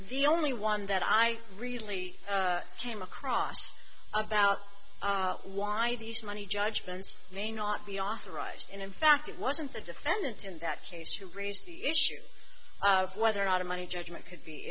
the only one that i really came across about why these money judgments may not be authorized and in fact it wasn't the defendant in that case who raised the issue of whether or not a money judgment could be